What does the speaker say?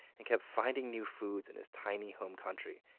and kept finding new foods in his tiny home country.